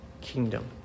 kingdom